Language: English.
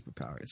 superpowers